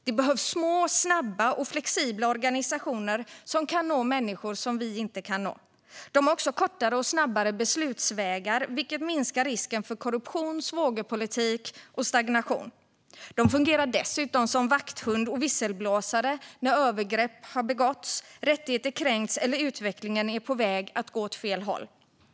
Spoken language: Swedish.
Det behövs små, snabba och flexibla organisationer som kan nå människor som vi inte når. De har också kortare och snabbare beslutsvägar, vilket minskar risken för korruption, svågerpolitik och stagnation. De fungerar dessutom som vakthund och visselblåsare när övergrepp har begåtts, rättigheter kränkts eller utvecklingen är på väg åt fel håll.